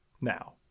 now